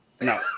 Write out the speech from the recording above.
No